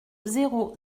zéro